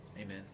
Amen